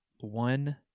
one